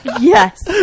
Yes